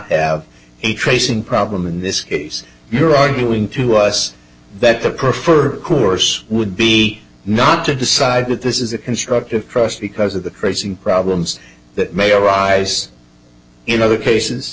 have a tracing problem in this case you're arguing to us that the prefer course would be not to decide that this is a constructive process because of the phrasing problems that may arise in other cases